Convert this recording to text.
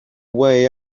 way